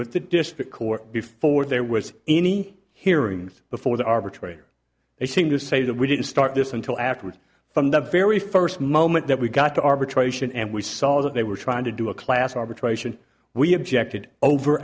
with the district court before there was any hearings before the arbitrator a single say that we didn't start this until afterwards from the very first moment that we got to arbitration and we saw that they were trying to do a class arbitration we objected over